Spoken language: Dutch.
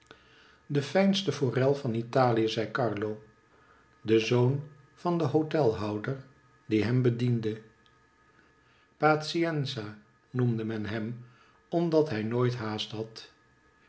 de fijnste forel van italie zei carlo de zoon van den hotelhouder die hem bediende pazienza noemde men hem omdat hij nooit haast had